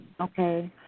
Okay